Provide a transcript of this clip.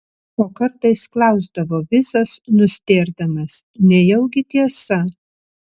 o kartais klausdavo visas nustėrdamas nejaugi tiesa